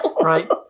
right